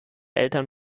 eltern